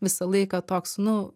visą laiką toks nu